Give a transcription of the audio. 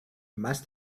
must